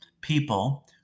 people